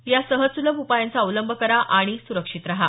या सहज सुलभ उपायांचा अवलंब करा आणि सुरक्षित रहा